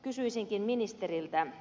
kysyisinkin ministeriltä